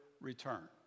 return